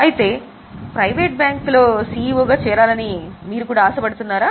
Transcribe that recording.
అయితే ప్రైవేటు బ్యాంకులో సిఇఓగా చేరాలని మీరు ఆశపడుతున్నారా